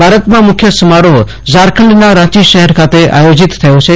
ભારતમાં મુખ્ય સમારોફ ઝારખંડના રાંચી શહેર ખાતે આયોજીત થયો છે